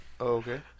okay